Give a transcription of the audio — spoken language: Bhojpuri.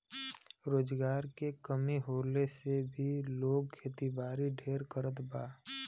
रोजगार के कमी होले से भी लोग खेतीबारी ढेर करत बा